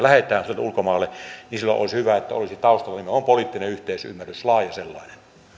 lähetetään sotilaita ulkomaille niin silloin olisi hyvä että olisi taustalla nimenomaan poliittinen yhteisymmärrys laaja sellainen